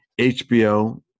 HBO